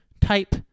type